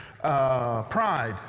Pride